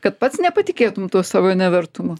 kad pats nepatikėtum tuo savo nevertumu